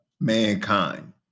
mankind